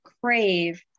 crave